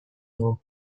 dugu